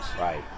Right